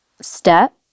step